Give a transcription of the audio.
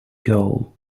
goal